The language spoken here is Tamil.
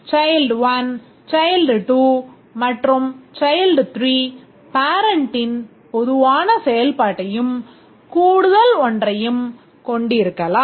Child 1 child 2 மற்றும் child 3 parentன் பொதுவான செயல்பாட்டையும் கூடுதல் ஒன்றையும் கொண்டிருக்கலாம்